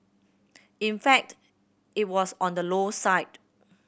in fact it was on the low side